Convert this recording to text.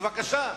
בבקשה.